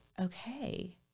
okay